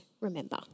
remember